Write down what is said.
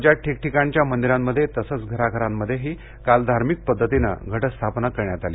राज्यात ठीकठिकाणच्या मंदिरांमध्ये तसंच घराघरांमध्येही काल धार्मिक पद्धतीनं घटस्थापना करण्यात आली